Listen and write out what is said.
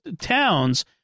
towns